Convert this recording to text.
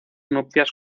nupcias